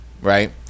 Right